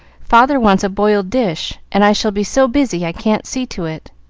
father wants a boiled dish, and i shall be so busy i can't see to it.